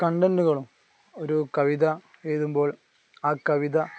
കണ്ടെന്റുകളും ഒരു കവിത എഴുതുമ്പോൾ ആ കവിത